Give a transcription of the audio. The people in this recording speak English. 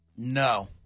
No